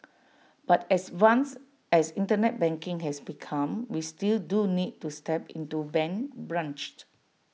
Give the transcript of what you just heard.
but as once as Internet banking has become we still do need to step into bank branch